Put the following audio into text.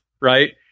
right